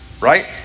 Right